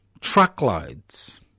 Truckloads